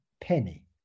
penny